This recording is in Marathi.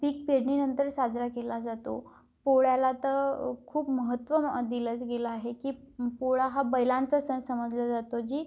पीक पेरणीनंतर साजरा केला जातो पोळ्याला तर खूप महत्त्व म दिलंच गेलं आहे की पोळा हा बैलांचा सण समजला जातो जी